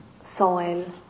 soil